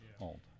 old